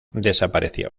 desapareció